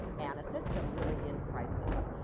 and a system really in crisis.